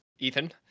Ethan